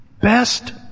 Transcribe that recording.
best